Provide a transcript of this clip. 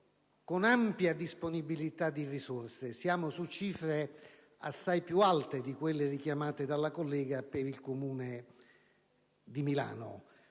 con ampia disponibilità di risorse, perché siamo su cifre assai più alte di quelle richiamate dalla collega per il comune di Milano.